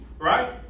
right